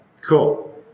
Cool